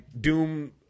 Doom